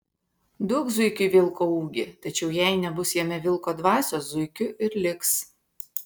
duok zuikiui vilko ūgį tačiau jai nebus jame vilko dvasios zuikiu ir liks